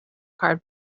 card